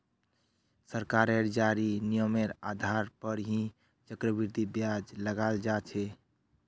सरकारेर जारी नियमेर आधार पर ही चक्रवृद्धि ब्याज लगाल जा छे